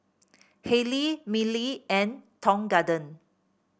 Haylee Mili and Tong Garden